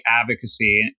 advocacy